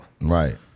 Right